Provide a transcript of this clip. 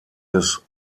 des